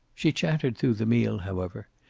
she chattered through the meal, however,